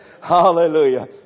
Hallelujah